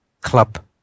club